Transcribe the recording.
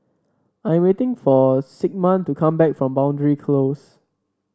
I am waiting for Sigmund to come back from Boundary Close